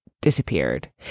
disappeared